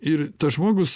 ir tas žmogus